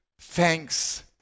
thanks